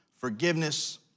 forgiveness